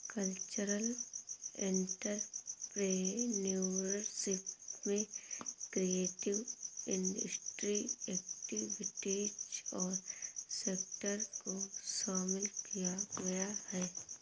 cultural entrepreneurship में creative industry activities और sector को शामिल किया गया है